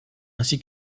ainsi